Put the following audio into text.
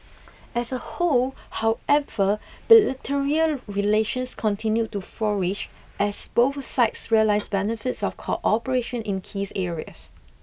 as a whole however bilateral relations continued to flourish as both sides realise benefits of cooperation in keys areas